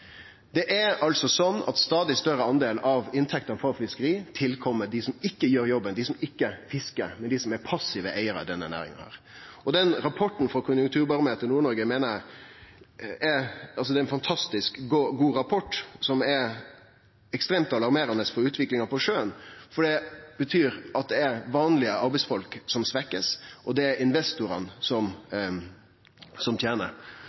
Det er altså slik at ein stadig større del av inntektene frå fiskeriet går til dei som ikkje gjer jobben, dei som ikkje fiskar, men som er passive eigarar i denne næringa. Rapporten frå Konjunkturbarometer for Nord-Noreg meiner eg er ein fantastisk god rapport som er ekstremt alarmerande for utviklinga på sjøen, for det betyr at det er vanlege arbeidsfolk som blir svekte, og at det er investorane som tener.